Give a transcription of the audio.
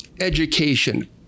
Education